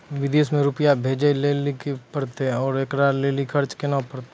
विदेश मे रुपिया भेजैय लेल कि करे परतै और एकरा लेल खर्च केना परतै?